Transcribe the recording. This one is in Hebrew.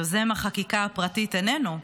יוזם החקיקה הפרטית, איננו,